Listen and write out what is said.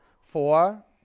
Four